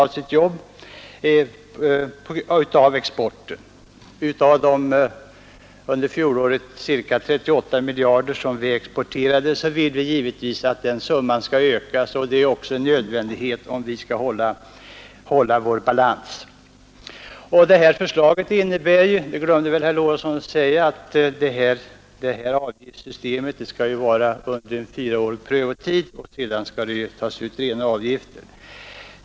Vi exporterade under fjolåret för cirka 38 miljarder, och vi vill givetvis att den summan skall ökas. Det är nödvändigt för vår bytesbalans. Det här förslaget innebär ju — det glömde herr Lorentzon att säga — att systemet med abonnemangsavgifter skall tillämpas under en fyraårig prövotid, och sedan skall det tas det ut rena avgifter.